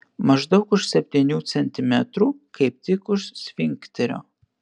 maždaug už septynių centimetrų kaip tik už sfinkterio